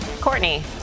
Courtney